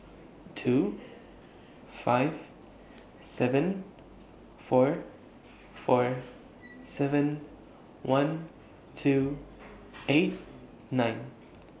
two five seven four four seven one two eight nine